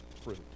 fruit